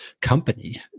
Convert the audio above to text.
company